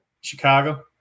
Chicago